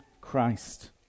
Christ